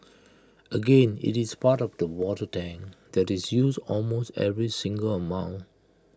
again IT is part of the water tank that is used almost every single moment